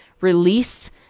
release